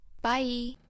Bye